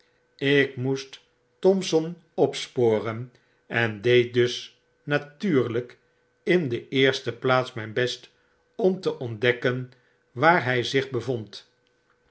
ik moest thompson opsporen en deed dus natuurltfk in de eerste plaats mjjn best om te ontdekken waar hj zich bevond